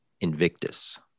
Invictus